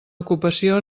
ocupació